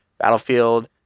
Battlefield